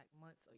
months